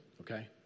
okay